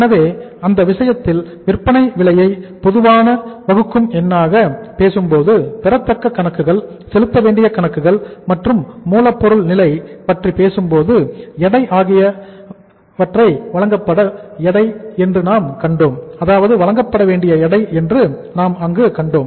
எனவே அந்த விஷயத்தில் விற்பனை விலையை பொதுவான வகுக்கும் எண்ணாக பேசும் போது பெறத்தக்க கணக்குகள் செலுத்தவேண்டிய கணக்குகள் மற்றும் மூலப்பொருள் நிலை பற்றி பேசும்போது எடை ஆகியவை வழங்கப்படவேண்டிய எடை என்று நாம் கண்டோம்